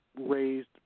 raised